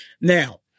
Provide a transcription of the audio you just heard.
Now